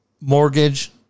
mortgage